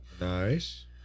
Nice